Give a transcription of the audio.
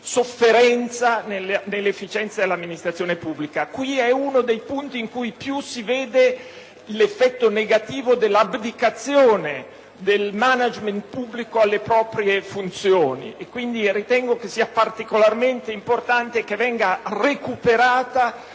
sofferenza nell'efficienza dell'amministrazione pubblica. È questo uno dei punti in cui maggiormente si nota l'effetto negativo dell'abdicazione del *management* pubblico alle proprie funzioni. Quindi, ritengo sia particolarmente importante che venga recuperato